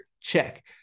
check